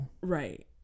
Right